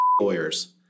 lawyers